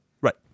Right